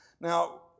Now